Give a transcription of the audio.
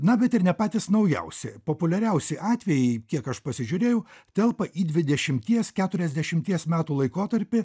na bet ir ne patys naujausi populiariausi atvejai kiek aš pasižiūrėjau telpa į dvidešimties keturiasdešimties metų laikotarpį